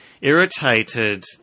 irritated